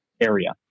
area